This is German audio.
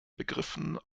begriffen